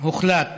הוחלט